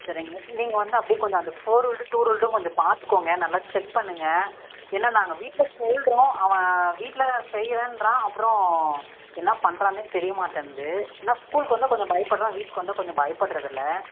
சரிங்க மிஸ் நீங்கள் வந்து அப்படியே கொஞ்சம் அந்த ஃபோர் ரூல்டு டூ ரூல்டும் கொஞ்சம் பார்த்துக்கோங்க நல்லா செக் பண்ணுங்கள் ஏன்னா நாங்கள் வீட்டில் சொல்கிறோம் அவன் வீட்டில் செய்கிறேன்றான் அப்புறம் என்னா பண்ணுறானே தெரிய மாட்டேன்து ஆனால் ஸ்கூலுக்கு வந்தால் கொஞ்சம் பயப்படுறான் வீட்டுக்கு வந்தால் கொஞ்சம் பயப்படுறது இல்லை